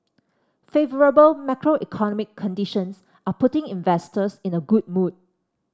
favourable macroeconomic conditions are putting investors in a good mood